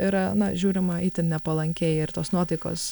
yra na žiūrima itin nepalankiai ir tos nuotaikos